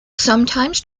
sometimes